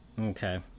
Okay